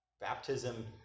Baptism